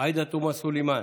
עאידה תומא סלימאן,